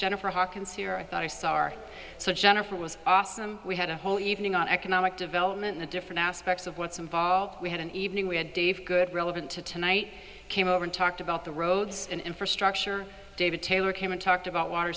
jennifer hawkins here i thought i saw our so jennifer was awesome we had a whole evening on economic development the different aspects of what's involved we had an evening we had dave good relevant to tonight he came over and talked about the roads and infrastructure david taylor came and talked about water